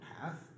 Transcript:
path